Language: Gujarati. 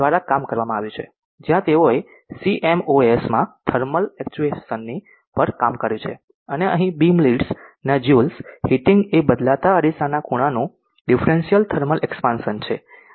Alberta દ્વારા કામ કરવામાં આવ્યું છે જ્યાં તેઓએ સીએમઓએસમાં થર્મલ એક્ચ્યુએશન પર કામ કર્યું છે અને અહીં બીમ લીડ્સ ના જ્યુલ્સ હીટિંગ એ બદલતા અરીસાના ખૂણાનું ડિફરન્સલ થર્મલ એક્ષ્પાનશન છે